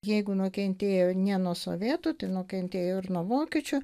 jeigu nukentėjo ne nuo sovietų tai nukentėjo ir nuo vokiečių